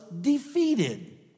defeated